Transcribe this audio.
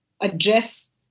address